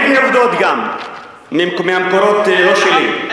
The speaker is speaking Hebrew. אני מביא עובדות גם ממקורות לא שלי,